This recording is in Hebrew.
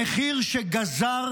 המחיר שגזר